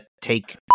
take